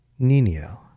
Niniel